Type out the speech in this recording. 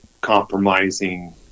compromising